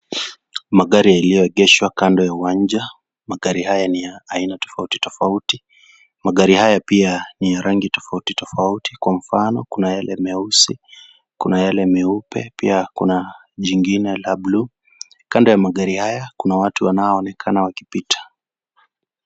Magari yaliyoegeshwa kando ya uwanja, magari haya ni ya aina tofauti tofauti, magari haya pia ni ya rangi tofauti tofauti kwa mfano kuna yale meusi, kuna yale meupe, pia kuna jingine la bulu, kando ya magari haya kuna watu wanaoonekana wakipita.